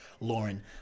Lauren